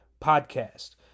podcast